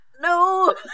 no